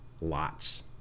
lots